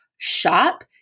shop